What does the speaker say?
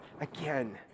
again